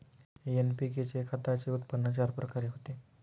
NPK खताचे उत्पन्न चार प्रकारे होते